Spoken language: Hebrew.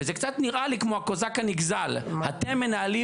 זה קצת נראה לי כמו הקוזאק הנגזל אתם מנהלים